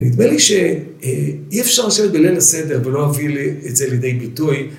נדמה לי שאי אפשר לשבת בליל הסדר ולא להביא את זה לידי ביטוי.